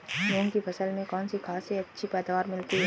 मूंग की फसल में कौनसी खाद से अच्छी पैदावार मिलती है?